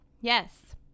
Yes